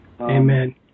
Amen